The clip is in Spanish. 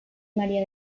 maría